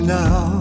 now